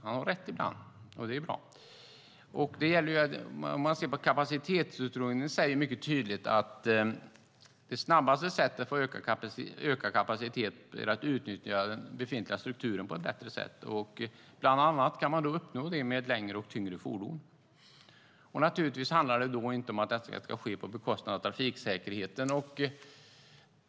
Han har rätt ibland, och det är bra. Kapacitetsutredningen säger mycket tydligt att det snabbaste sättet att få ökad kapacitet är att utnyttja den befintliga infrastrukturen på ett bättre sätt. Bland annat kan man uppnå det med längre och tyngre fordon. Det handlar naturligtvis då inte om att detta ska ske på bekostnad av trafiksäkerheten.